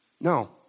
No